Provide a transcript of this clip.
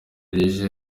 rije